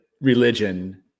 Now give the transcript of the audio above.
religion